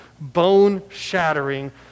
bone-shattering